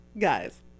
guys